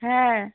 হ্যাঁ